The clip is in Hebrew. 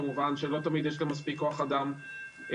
כמובן שלא תמיד יש גם מספיק כוח אדם ותקציבים.